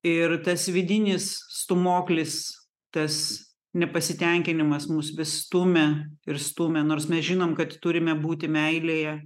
ir tas vidinis stūmoklis tas nepasitenkinimas mus stumia ir stumia nors mes žinom kad turime būti meilėje